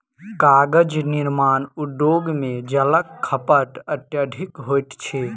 कागज निर्माण उद्योग मे जलक खपत अत्यधिक होइत अछि